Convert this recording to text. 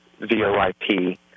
VOIP